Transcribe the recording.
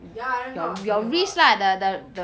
ya that's what I was talking about